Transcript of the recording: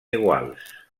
iguals